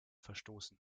verstoßen